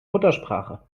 muttersprache